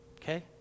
Okay